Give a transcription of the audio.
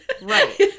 right